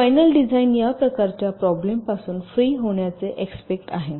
अंतिम डिझाइन या प्रकारच्या प्रॉब्लेम पासून फ्री होण्याची एक्स्पेक्ट आहे